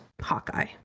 Hawkeye